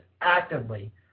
actively